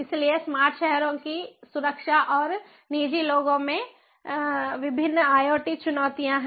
इसलिए स्मार्ट शहरों की सुरक्षा और निजी लोगों में विभिन्न IoT चुनौतियां हैं